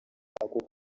ako